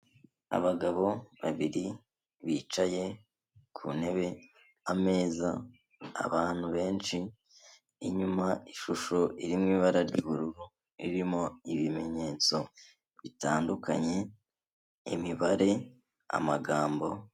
Abagabo babiri bicaye ku ntebe, ameza, abantu benshi, inyuma ishusho irimo ibara ry'ubururu, irimo ibimenyetso bitandukanye imibare, amagambo.